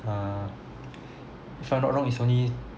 uh if I'm not wrong it's only